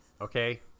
okay